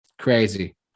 crazy